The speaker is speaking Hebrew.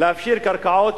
להפשיר קרקעות